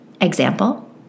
Example